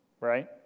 right